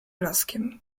blaskiem